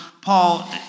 Paul